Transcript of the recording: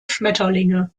schmetterlinge